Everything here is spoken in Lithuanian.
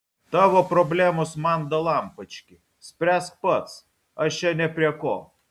tavo problemos man dalampački spręsk pats aš čia ne prie ko